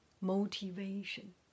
motivation